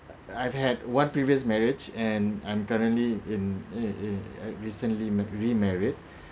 I've had one previous marriage and I'm currently in a in a recently re-married